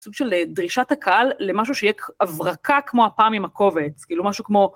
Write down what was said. סוג של דרישת הקהל למשהו שיהיה הברקה כמו הפעם עם הקובץ, כאילו, משהו כמו...